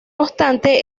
obstante